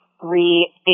three